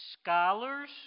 Scholars